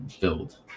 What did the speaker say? build